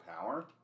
power